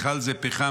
ובכלל זה פחם,